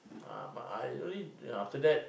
ah but I only ah after that